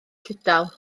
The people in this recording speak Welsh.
llydaw